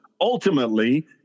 Ultimately